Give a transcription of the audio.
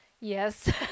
Yes